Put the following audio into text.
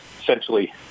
essentially